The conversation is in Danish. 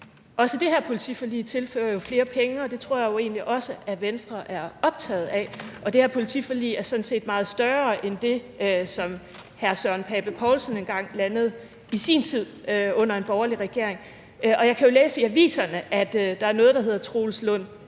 også det her politiforlig tilfører jo flere penge, og det tror jeg egentlig også at Venstre er optaget af, og det her politiforlig er sådan set meget større end det, som hr. Søren Pape Poulsen engang landede i sin tid under en borgerlig regering. Og jeg kan jo læse i aviserne, at der er noget, der hedder Troels Lund